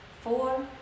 four